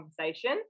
conversation